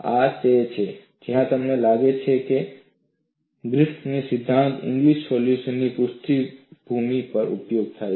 આ તે છે જ્યા તમને લાગે છે કે ગ્રિફિથ સિદ્ધાંત ઇંગ્લિસ સોલ્યુશનની પૃષ્ઠભૂમિ પર ઉપયોગી છે